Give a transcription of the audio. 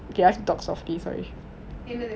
just talk softly